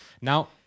Now